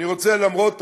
אני רוצה, למרות הכול,